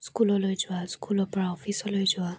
স্কুললৈ যোৱা স্কুলৰ পৰা অফিচলৈ যোৱা